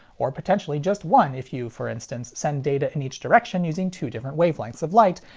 or, potentially, just one if you, for instance, send data in each direction using two different wavelengths of light,